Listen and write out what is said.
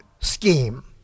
scheme